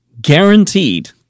guaranteed